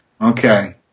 Okay